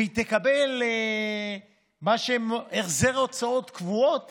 והיא תקבל החזר הוצאות קבועות